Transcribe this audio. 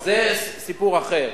זה סיפור אחר.